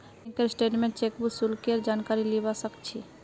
बैंकेर स्टेटमेन्टत चेकबुक शुल्केर जानकारी लीबा सक छी